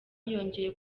yongeye